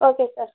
okay sir